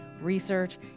research